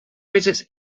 visits